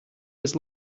was